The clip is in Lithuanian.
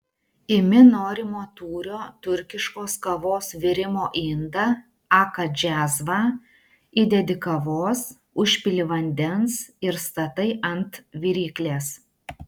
imi norimo tūrio turkiškos kavos virimo indą aka džiazvą įdedi kavos užpili vandens ir statai ant viryklės